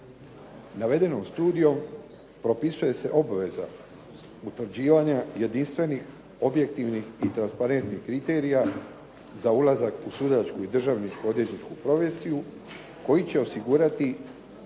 Navedenom studijom propisuje se obveza utvrđivanja jedinstvenih, objektivnih i transparentnih kriterija za ulazak u sudačku i državničku odvjetničku profesiju koji će osigurati